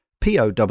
POW